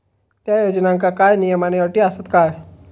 त्या योजनांका काय नियम आणि अटी आसत काय?